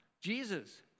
Jesus